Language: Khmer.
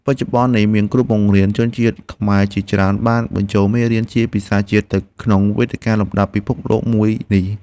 បច្ចុប្បន្ននេះមានគ្រូបង្រៀនជនជាតិខ្មែរជាច្រើនបានបញ្ចូលមេរៀនជាភាសាជាតិទៅក្នុងវេទិកាលំដាប់ពិភពលោកមួយនេះ។